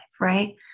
right